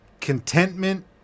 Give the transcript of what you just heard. contentment